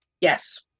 Yes